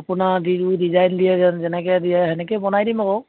আপোনাৰ ডি ডিজাইন দিয়ে যেন যেনেকৈ দিয়ে তেনেকৈ বনাই দিম আকৌ